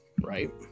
right